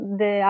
de